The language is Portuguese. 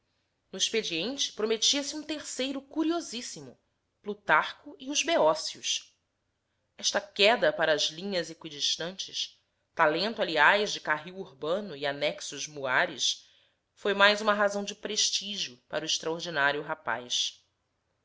no expediente prometia se um terceiro curiosíssimo plutarco e os beócios esta queda para as linhas eqüidistantes talento aliás de carril urbano e anexos muares foi mais uma razão de prestigio para o extraordinário rapaz